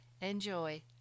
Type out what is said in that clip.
Enjoy